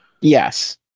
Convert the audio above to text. Yes